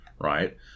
right